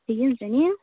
ठिकै हुन्छ नि